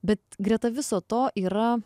bet greta viso to yra